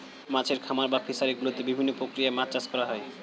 মাছের খামার বা ফিশারি গুলোতে বিভিন্ন প্রক্রিয়ায় মাছ চাষ করা হয়